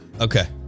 Okay